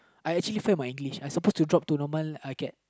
I actually fail my English I supposed to drop to normal acad